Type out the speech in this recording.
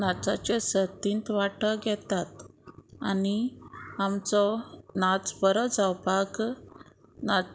नाचाचे सतींत वाटो घेतात आनी आमचो नाच बरो जावपाक नाच